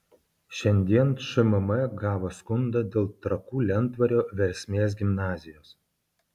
šiandien šmm gavo skundą dėl trakų lentvario versmės gimnazijos